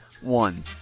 One